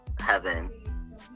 heaven